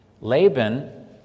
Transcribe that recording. Laban